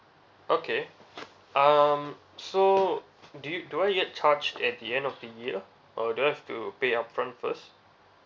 okay um so do you do I get charged at the end of the year or do I have to pay upfront first